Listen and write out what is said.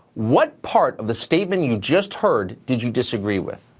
what part of the statement you just heard did you disagree with?